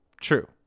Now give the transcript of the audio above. True